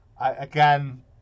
Again